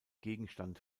gegenstand